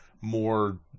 more